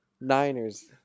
Niners